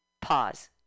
pause